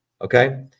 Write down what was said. Okay